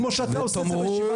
כמו שאתה עושה בישיבת הסיעה שלך.